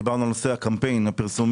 דיברנו על נושא הקמפיין הפרסומי,